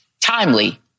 Timely